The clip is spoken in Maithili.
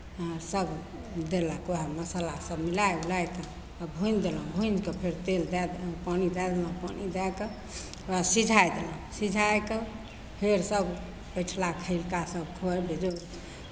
सभ देलक उएहमे मसाला सभ मिलाय उलाय कऽ भूनि देलहुँ भूनि कऽ फेर तेल दए देलहुँ पानि दए देलहुँ पानि दए कऽ ओकरा सिझाय देलहुँ सिझाय कऽ फेर सभ बैठला खयलका सभ घरमे जे